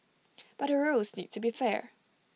but the rules need to be fair